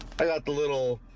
i got the little